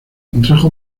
contrajo